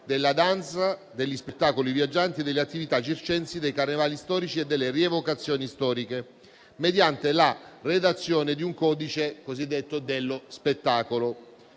della danza, degli spettacoli viaggianti, delle attività circensi, dei carnevali storici e delle rievocazioni storiche, mediante la redazione di un codice cosiddetto dello spettacolo.